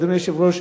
ואדוני היושב-ראש,